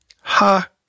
Ha